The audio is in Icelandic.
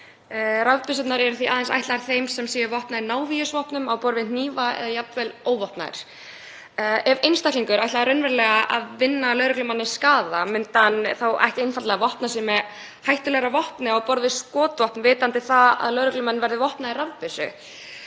Rafbyssurnar séu því aðeins ætlaðir þeim sem séu vopnaðir návígisvopnum á borð við hnífa eða jafnvel óvopnaðir. Ef einstaklingur ætlar raunverulega að vinna lögreglumanni skaða, myndi hann þá ekki einfaldlega vopna sig með hættulegra vopni á borð við skotvopn vitandi það að lögreglumenn verði vopnaðir rafbyssu?